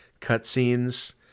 cutscenes